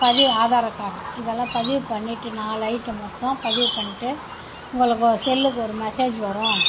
பதிவு ஆதார் கார்டு இதெல்லாம் பதிவு பண்ணிவிட்டு நாலு ஐட்டம் மொத்தம் பதிவு பண்ணிட்டு உங்களுக்கு செல்லுக்கு ஒரு மெசேஜ் வரும்